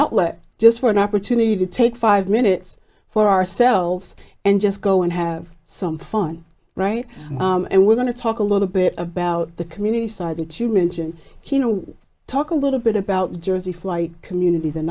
outlet just for an opportunity to take five minutes for ourselves and just go and have some fun right and we're going to talk a little bit about the community side that you mentioned talk a little bit about jersey flight communit